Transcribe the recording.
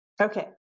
Okay